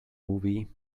movie